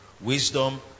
wisdom